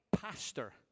pastor